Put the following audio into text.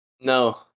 No